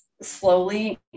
slowly